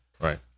Right